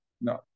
No